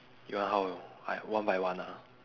you want how I one by one ah